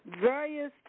various